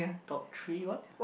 top three what